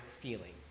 feeling